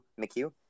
McHugh